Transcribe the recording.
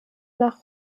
nach